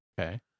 okay